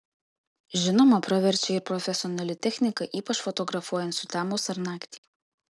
žinoma praverčia ir profesionali technika ypač fotografuojant sutemus ar naktį